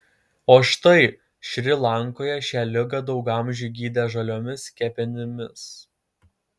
o štai šri lankoje šią ligą daug amžių gydė žaliomis kepenimis